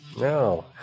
No